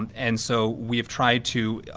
and so we have tried to